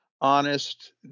honest